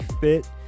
Fit